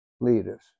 leaders